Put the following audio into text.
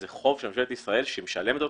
זה חוב שממשלת ישראל משלמת אותו,